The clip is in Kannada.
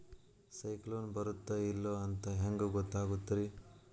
ಸೈಕ್ಲೋನ ಬರುತ್ತ ಇಲ್ಲೋ ಅಂತ ಹೆಂಗ್ ಗೊತ್ತಾಗುತ್ತ ರೇ?